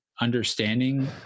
understanding